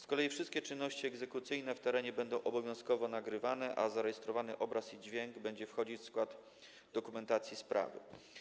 Z kolei wszystkie czynności egzekucyjne w terenie będą obowiązkowo nagrywane, a zarejestrowany obraz i dźwięk będą wchodzić w skład dokumentacji sprawy.